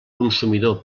consumidor